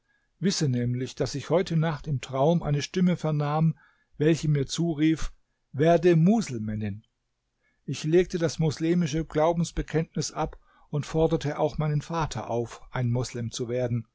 wisse nämlich daß ich heute nacht im traum eine stimme vernahm welche mit zurief werde muselmännin ich legte das moslemische glaubensbekenntnis ab und forderte auch meinen vater auf moslem zu werden